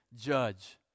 judge